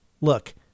Look